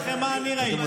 אני אספר לכם מה אני ראיתי,